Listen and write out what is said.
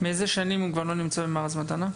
מאיזו שנה הוא כבר לא נמצא במארז מתנה?